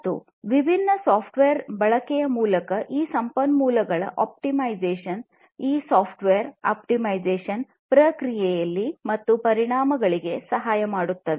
ಈ ವಿಭಿನ್ನ ಸಾಫ್ಟ್ವೇರ್ ಬಳಕೆಯ ಮೂಲಕ ಈ ಸಂಪನ್ಮೂಲಗಳ ಆಪ್ಟಿಮೈಸೇಶನ್ ಈ ಸಾಫ್ಟ್ವೇರ್ ಆಪ್ಟಿಮೈಸೇಶನ್ ಪ್ರಕ್ರಿಯೆಯಲ್ಲಿ ಮತ್ತು ಪರಿಣಾಮಗಳಿಗೆ ಸಹಾಯ ಮಾಡುತ್ತದೆ